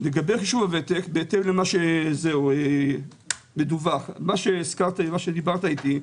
בהתאם למה שדווח, מה שדיברת איתי,